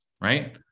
right